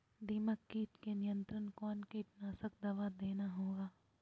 दीमक किट के नियंत्रण कौन कीटनाशक दवा देना होगा?